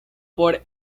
por